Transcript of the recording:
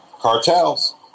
Cartels